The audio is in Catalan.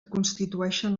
constitueixen